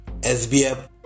SBF